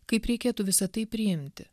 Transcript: kaip reikėtų visa tai priimti